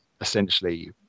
essentially